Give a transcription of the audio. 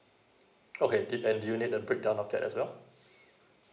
okay did and do you need the breakdown of that as well